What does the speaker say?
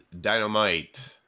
dynamite